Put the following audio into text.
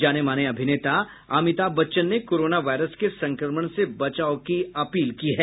जाने माने अभिनेता अमिताभ बच्चन ने कोरोना वायरस के संक्रमण से बचाव की अपील की है